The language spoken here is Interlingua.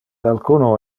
alcuno